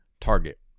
target